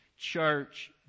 Church